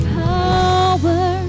power